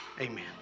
Amen